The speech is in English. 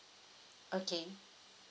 okay